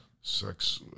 Sex